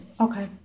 Okay